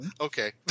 Okay